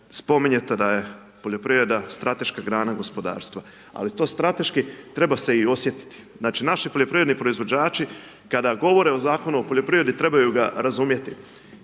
spominjete da je poljoprivreda strateška grana gospodarstva. Ali to strateški treba se i osjetiti, znači naši poljoprivredni proizvođači, kada govore o Zakonu o poljoprivredi trebaju ga razumjeti.